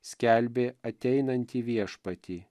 skelbė ateinantį viešpatį